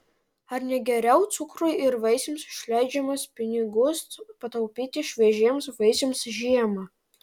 ar ne geriau cukrui ir vaisiams išleidžiamas pinigus pataupyti šviežiems vaisiams žiemą